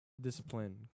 discipline